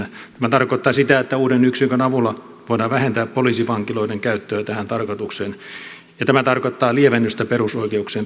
tämä tarkoittaa sitä että uuden yksikön avulla voidaan vähentää poliisivankiloiden käyttöä tähän tarkoitukseen ja tämä tarkoittaa lievennystä perusoikeuksien rajoittamisessa